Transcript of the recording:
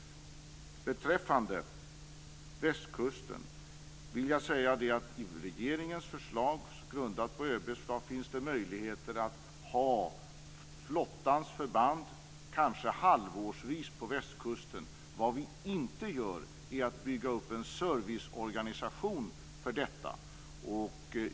Beträffande Västkusten vill jag säga att i regeringens förslag, som grundas på ÖB:s förslag, finns det möjligheter att ha flottans förband kanske halvårsvis på Västkusten. Vad vi inte gör är att bygga upp en serviceorganisation för detta.